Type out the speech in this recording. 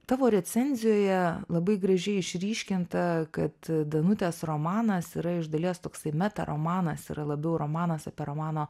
tavo recenzijoje labai gražiai išryškinta kad danutės romanas tai yra iš dalies toksai meta romanas yra labiau romanas apie romano